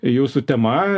jūsų tema